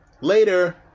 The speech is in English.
later